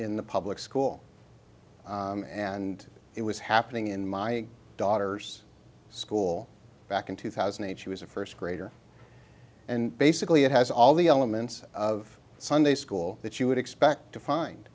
in the public school and it was happening in my daughter's school back in two thousand h she was a first grader and basically it has all the elements of sunday school that you would expect to